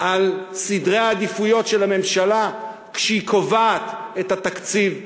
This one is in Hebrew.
על סדרי העדיפויות של הממשלה כשהיא קובעת את התקציב החדש.